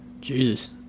Jesus